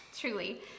truly